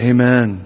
Amen